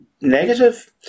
negative